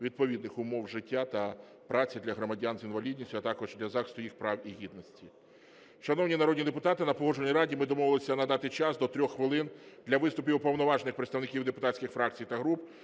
відповідних умов життя та праці для громадян з інвалідністю, а також для захисту їх прав і гідності. Шановні народні депутати, на Погоджувальній раді ми домовилися надати час до 3 хвилин для виступів уповноважених представників депутатських фракцій та груп.